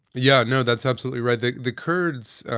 yeah, no, that's absolutely right. the the kurds,